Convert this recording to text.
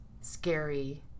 scary